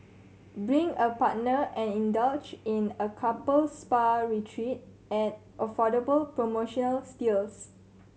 bring a partner and indulge in a couple spa retreat at affordable promotional steals